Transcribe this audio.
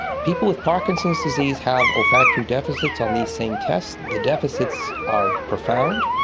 people with parkinson's disease have olfactory deficits on these same tests. the deficits are profound,